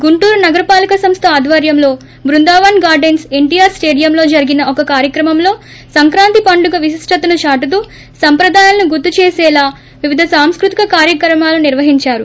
గుంటూరు నగరపాలక సంస్థ ఆధ్వర్యంలో బృందావన్ గార్లెన్సు ఎన్షీఆర్ స్టేడియంలో జరిగిన ఒక కార్యక్రమంలో సంక్రాంతి పండుగ విశిష్ణతను చాటుతూ సంప్రదాయాలను గుర్తు చేసేలా వివిధ సాంస్కృతిక కార్యక్రమాలను నిర్వహించారు